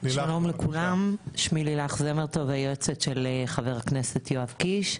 שלום לכולם, אני היועצת של חבר הכנסת יואב קיש.